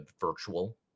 virtual